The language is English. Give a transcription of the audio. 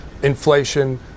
inflation